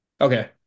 Okay